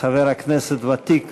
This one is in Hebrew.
חבר כנסת ותיק